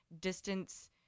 distance